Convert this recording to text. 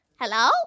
Hello